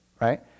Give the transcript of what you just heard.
right